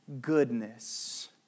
Goodness